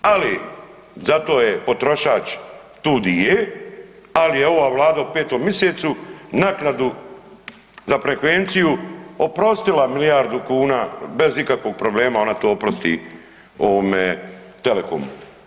Ali zato je potrošač tu di je, ali je ova vlada u 5. misecu naknadu za frekvenciju oprostila milijardu kuna, bez ikakvog problema ona to oprosti ovome Telekomu.